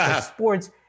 sports